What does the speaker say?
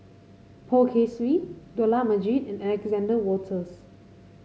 Poh Kay Swee Dollah Majid and Alexander Wolters